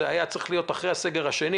זה היה צריך להיות אחרי הסגר השני,